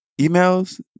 Emails